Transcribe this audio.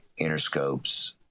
Interscopes